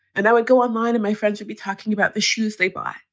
and i would go on mine and my friends would be talking about the shoes they buy,